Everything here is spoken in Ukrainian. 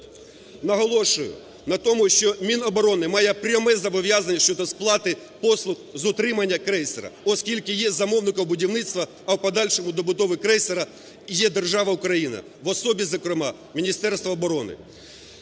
Наголошую на тому, що Міноборони має пряме зобов'язання щодо сплати послуг з утримання крейсера, оскільки є замовником будівництва. А в подальшому, добудови крейсера, є держава Україна в особі, зокрема, Міністерства оборони.